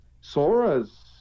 Sora's